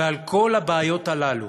ועל כל הבעיות הללו,